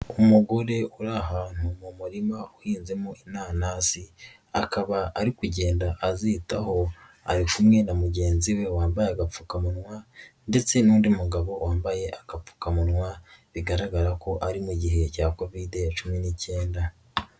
Umugore uri ahantu mu murima uhinzemo inaanasi akaba ari kugenda azitaho ari kumwe na mugenzi we wambaye agapfukamunwa ndetse n'undi mugabo wambaye agapfukamunwa bigaragara ko ari mu gihe cya Covid cumi n'icyenda.